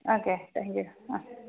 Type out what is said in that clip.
okay thank you ആ